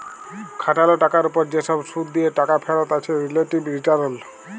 খাটাল টাকার উপর যে সব শুধ দিয়ে টাকা ফেরত আছে রিলেটিভ রিটারল